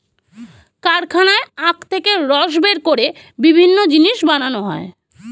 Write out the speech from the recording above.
কারখানায় আখ থেকে রস বের করে বিভিন্ন জিনিস বানানো হয়